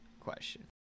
question